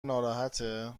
ناراحته